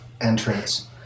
entrance